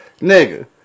Nigga